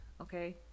Okay